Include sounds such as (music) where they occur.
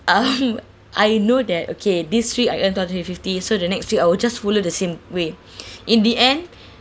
um I know that okay this week I earn two hundred and fifty so the next week I will just follow the same way (breath) in the end